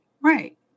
right